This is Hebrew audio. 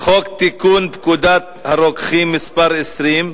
חוק לתיקון פקודת הרוקחים (מס' 20)